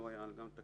הוא לא היה תקין.